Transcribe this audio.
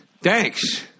Thanks